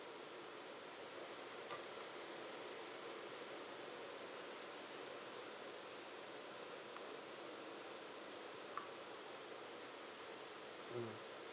mm